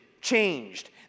changed